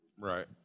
Right